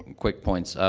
quick points? um,